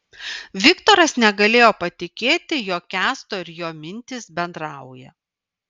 viktoras negalėjo patikėti jog kęsto ir jo mintys bendrauja